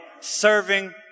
serving